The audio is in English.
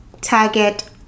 target